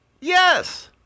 Yes